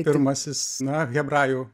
pirmasis na hebrajų